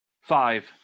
five